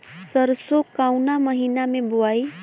सरसो काउना महीना मे बोआई?